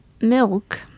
milk